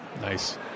Nice